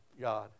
God